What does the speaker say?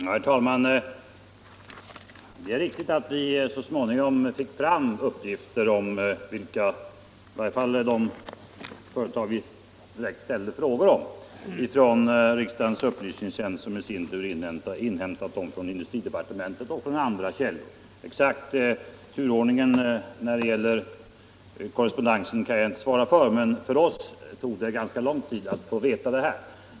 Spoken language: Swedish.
Herr talman! Det är riktigt att vi så småningom fick fram de uppgifter vi ställt frågor om genom riksdagens upplysningstjänst. Denna hade i sin tur inhämtat uppgifter från industridepartementet och från andra källor. Den exakta turordningen i korrespondensen kan jag inte svara för, men för oss tog det ganska lång tid att få de besked vi sökte.